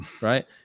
right